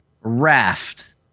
Raft